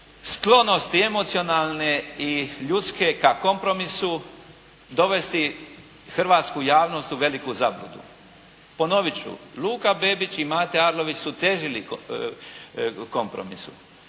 sklonosti emocionalne i ljudske ka kompromisu dovesti hrvatsku javnost u veliku zabludu. Ponovit ću, Luka Bebić i Mate Arlović su težili kompromisu